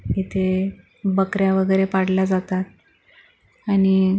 इथे बकऱ्या वगैरे पाळल्या जातात आणि